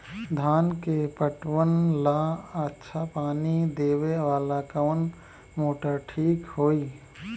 धान के पटवन ला अच्छा पानी देवे वाला कवन मोटर ठीक होई?